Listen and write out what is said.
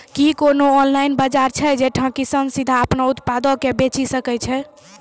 कि कोनो ऑनलाइन बजार छै जैठां किसान सीधे अपनो उत्पादो के बेची सकै छै?